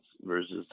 versus